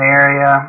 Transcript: area